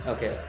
Okay